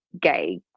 gay